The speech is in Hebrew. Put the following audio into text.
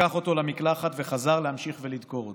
לקח אותו למקלחת וחזר להמשיך ולדקור אותי.